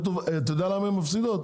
אתה יודע למה הן מפסידות?